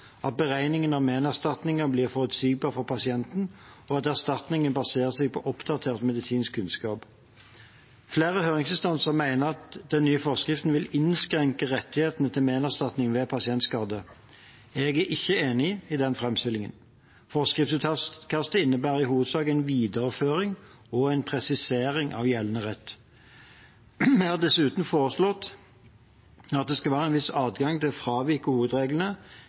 at beregningene av menerstatning blir forutsigbar for pasienten, og at erstatningen baserer seg på oppdatert medisinsk kunnskap. Flere høringsinstanser mener at den nye forskriften vil innskrenke rettighetene til menerstatning ved pasientskade. Jeg er ikke enig i den framstillingen. Forskriftsutkastet innebærer i hovedsak en videreføring og en presisering av gjeldende rett. Jeg har dessuten foreslått at det skal være en viss adgang til å fravike hovedreglene